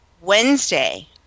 Wednesday